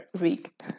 week